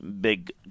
Big